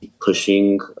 pushing